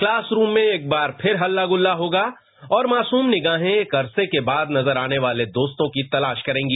class में एक बार फिर हल्लागुल्ला होगा और मासूम निगाहें एक अरसे के बाद नजर आने वाले दोस्तों की तलाश करेगी